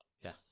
Yes